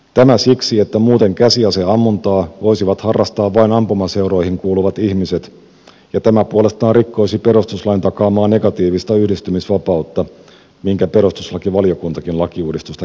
tämä siksi että muuten käsiaseammuntaa voisivat harrastaa vain ampumaseuroihin kuuluvat ihmiset ja tämä puolestaan rikkoisi perustuslain takaamaan negatiivista yhdistymisvapautta minkä perustuslakivaliokuntakin lakiuudistusta käsitellessään totesi